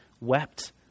wept